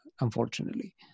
unfortunately